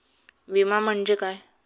विमा म्हणजे काय?